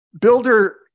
Builder